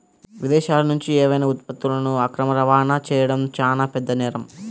విదేశాలనుంచి ఏవైనా ఉత్పత్తులను అక్రమ రవాణా చెయ్యడం చానా పెద్ద నేరం